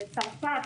בצרפת,